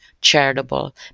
charitable